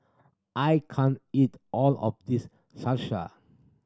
I can't eat all of this Salsa